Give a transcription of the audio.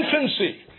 infancy